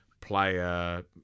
player